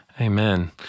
Amen